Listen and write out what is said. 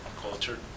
culture